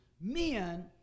men